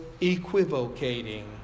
equivocating